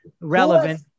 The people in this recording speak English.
relevant